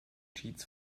cheats